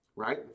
right